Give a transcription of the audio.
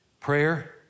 Prayer